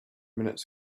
minutes